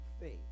faith